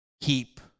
keep